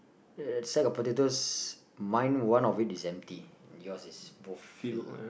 uh sack of potatoes mine one of it is empty yours is both filled